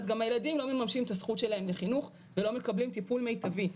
אז גם הילדים לא מממשים את הזכות שלהם לחינוך ולא מקבלים טיפול מיטבי.